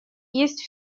есть